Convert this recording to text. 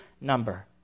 number